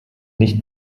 nicht